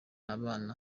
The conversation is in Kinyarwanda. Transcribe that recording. abana